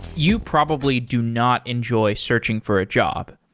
you probably do not enjoy searching for a job.